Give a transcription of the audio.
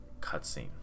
cutscene